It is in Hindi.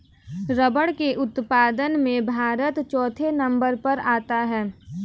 रबर के उत्पादन में भारत चौथे नंबर पर आता है